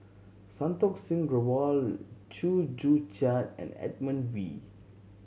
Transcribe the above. Santokh Singh Grewal Chew Joo Chiat and Edmund Wee